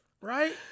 Right